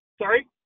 sorry